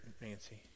Nancy